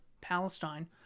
Palestine